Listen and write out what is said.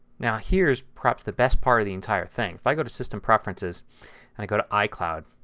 now here is perhaps the best part of the entire thing. if i go to system preferences and i go to icloud.